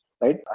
right